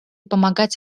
помогать